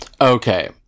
Okay